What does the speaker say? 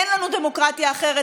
אין לנו דמוקרטיה אחרת.